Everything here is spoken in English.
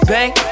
Bang